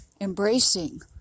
embracing